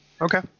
Okay